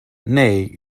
nej